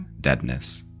deadness